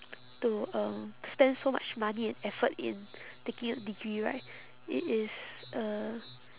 to um spend so much money and effort in taking a degree right it is uh